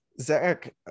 Zach